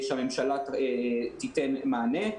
שהממשלה תיתן מענה.